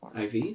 IV